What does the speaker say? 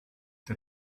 der